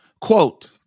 quote